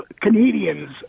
Canadians